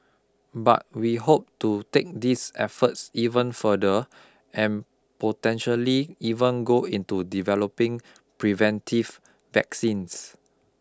but we hope to take these efforts even further and potentially even go into developing preventive vaccines